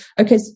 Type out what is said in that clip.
okay